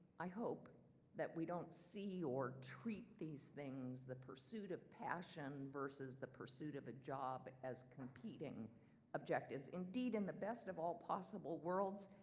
i hope we don't see or treat these things, the pursuit of passion versus the pursuit of a job, as competing objectives. indeed in the best of all possible worlds,